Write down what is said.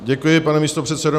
Děkuji, pane místopředsedo.